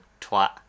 twat